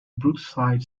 brookside